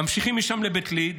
ממשיכים משם לבית ליד,